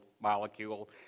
molecule